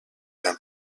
d’un